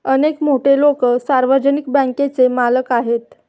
अनेक मोठे लोकं सार्वजनिक बँकांचे मालक आहेत